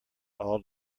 all